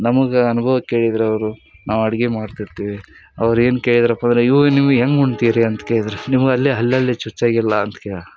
ನಮಗೆ ಅನುಭವ ಕೇಳಿದ್ರೆ ಅವರು ನಾವು ಅಡುಗೆ ಮಾಡ್ತಿರ್ತೀವಿ ಅವ್ರೇನು ಕೇಳಿದರಪ್ಪಂದ್ರೆ ಇವು ನಿಮ್ಗೆ ಹೆಂಗೆ ಉಣ್ತೀರಿ ಅಂತ ಕೇಳಿದರು ನಿಮ್ಗೆ ಅಲ್ಲೆ ಹಲ್ಲಲ್ಲೆ ಚುಚ್ಚದಿಲ್ಲ ಅಂತ ಕೇಳಿ